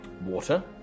water